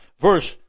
verse